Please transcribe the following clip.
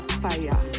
fire